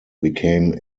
became